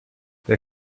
they